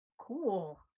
Cool